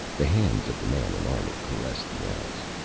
the hands of the man in armor caressed the axe.